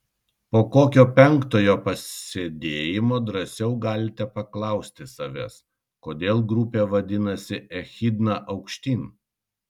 po kokio penktojo pasėdėjimo drąsiau galite paklausti savęs kodėl grupė vadinasi echidna aukštyn